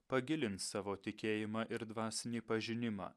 pagilins savo tikėjimą ir dvasinį pažinimą